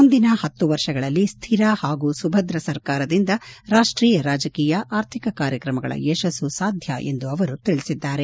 ಮುಂದಿನ ಹತ್ತು ವರ್ಷಗಳಲ್ಲಿ ಶ್ಯಿರ ಹಾಗೂ ಸುಭದ್ರ ಸರ್ಕಾರದಿಂದ ರಾಷ್ಟೀಯ ರಾಜಕೀಯ ಆರ್ಥಿಕ ಕಾರ್ಯಕ್ರಮಗಳ ಯಶಸ್ಸು ಸಾಧ್ಯ ಎಂದು ಅವರು ತಿಳಿಸಿದ್ದಾರೆ